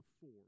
four